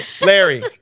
Larry